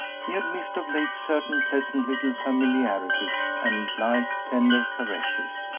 he had missed of late certain pleasant little familiarities and light, tender caresses,